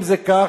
אם זה כך